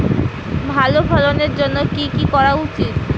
ভালো ফলনের জন্য কি কি করা উচিৎ?